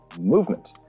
movement